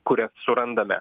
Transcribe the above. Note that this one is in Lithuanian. kurias surandame